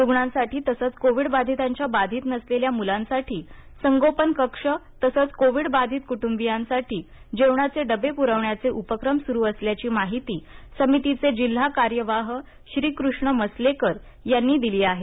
रुग्णांसाठी तसच कोविडबाधितांच्या बाधित नसलेल्या मुलांसाठी संगोपन कक्ष तसेच कोविड बाधित कुटुंबीयांसाठी जेवणाचे डबे पुरवण्याचे उपक्रम सुरु असल्याची माहिती समितीचे जिल्हा कार्यवाह श्रीकृष्ण मसलेकर यांनी दिली आहे